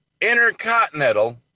intercontinental